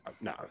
no